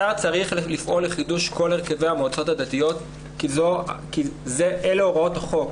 השר צריך לפעול לחידוש כל הרכבי המועצות הדתיות כי אלה הוראות החוק.